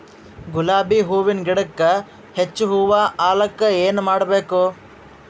ಗುಲಾಬಿ ಹೂವಿನ ಗಿಡಕ್ಕ ಹೆಚ್ಚ ಹೂವಾ ಆಲಕ ಏನ ಮಾಡಬೇಕು?